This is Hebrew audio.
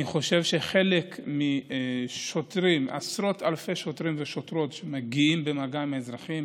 אני חושב שחלק מעשרות אלפי השוטרים והשוטרות שבאים במגע עם האזרחים